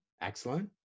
Excellent